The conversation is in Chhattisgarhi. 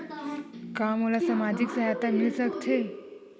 का मोला सामाजिक सहायता मिल सकथे?